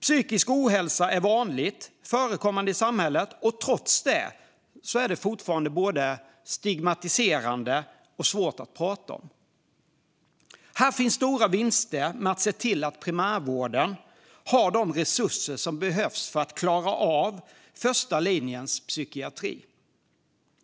Psykisk ohälsa är vanligt förekommande i samhället. Trots detta är det fortfarande både stigmatiserande och svårt att prata om. Här finns stora vinster med att se till att primärvården har de resurser som behövs för att klara första linjens psykiatri.